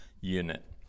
unit